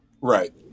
Right